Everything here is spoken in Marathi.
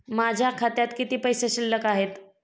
माझ्या खात्यात किती पैसे शिल्लक आहेत?